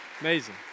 Amazing